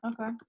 okay